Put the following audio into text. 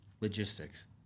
logistics